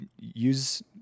use